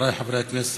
חבריי חברי הכנסת,